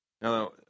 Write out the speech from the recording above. Now